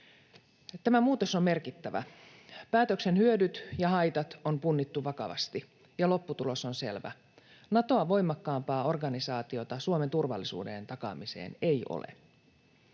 Tämä muutos on merkittävä. Päätöksen hyödyt ja haitat on punnittu vakavasti, ja lopputulos on selvä. Natoa voimakkaampaa organisaatiota Suomen turvallisuuden takaamiseen ei ole.